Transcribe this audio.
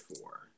four